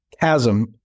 chasm